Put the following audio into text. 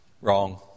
Wrong